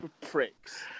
pricks